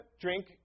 drink